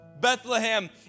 Bethlehem